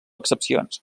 excepcions